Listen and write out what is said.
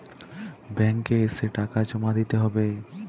Bank এ এসে টাকা জমা দিতে হবে?